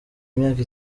imyaka